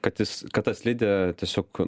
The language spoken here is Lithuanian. kad jis kad ta slidė tiesiog